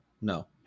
No